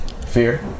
Fear